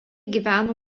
gyveno